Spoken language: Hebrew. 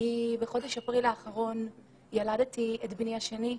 בחודש אפריל האחרון ילדתי את בני השני - ליאו,